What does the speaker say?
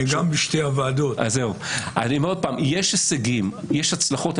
אני אומר שוב שיש הישגים ויש הצלחות.